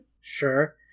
Sure